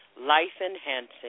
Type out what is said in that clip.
life-enhancing